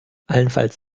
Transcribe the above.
allenfalls